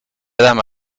dama